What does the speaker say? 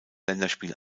länderspiel